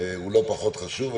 הוא לא פחות חשוב.